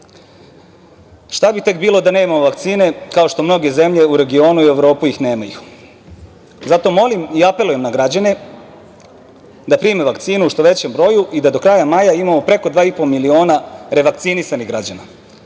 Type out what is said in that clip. Šta bi tek bilo da nemamo vakcine, kao što mnoge zemlje u Evropi i regionu ih nemaju? Zato molim i apelujem na građane da prime vakcinu u što većem broju i da do kraja maja imamo preko 2,5 miliona revakcinisanih građana,